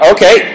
Okay